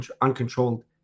uncontrolled